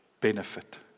benefit